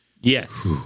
Yes